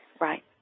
Right